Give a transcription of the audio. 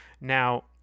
Now